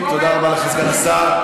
תודה רבה לך, סגן השר.